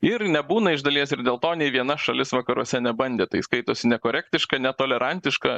ir nebūna iš dalies ir dėl to nei viena šalis vakaruose nebandė tai skaitosi nekorektiška netolerantiška